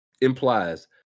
implies